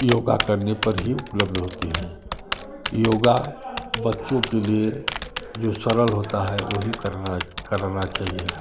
योगा करने पर ही उपलब्ध होती हैं योगा बच्चों के लिए जो सरल होता है वही करना करना चाहिए